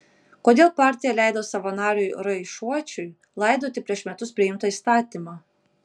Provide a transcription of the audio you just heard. kodėl partija leido savo nariui raišuočiui laidoti prieš metus priimtą įstatymą